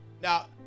Now